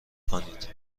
کنید